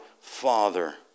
Father